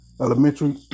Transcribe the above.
Elementary